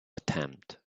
attempt